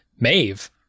Maeve